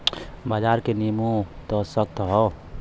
बाजार के नियमों त सख्त हौ